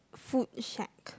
food shack